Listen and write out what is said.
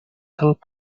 help